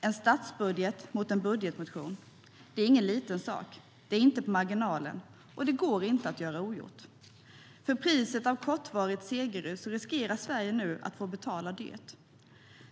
En statsbudget mot en budgetmotion är ingen liten sak, det är inte på marginalen och det går inte att göra ogjort. För priset av kortvarigt segerrus riskerar Sverige nu att få betala dyrt.